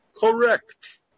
Correct